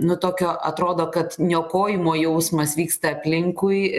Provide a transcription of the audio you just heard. nu tokio atrodo kad niokojimo jausmas vyksta aplinkui